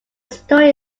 story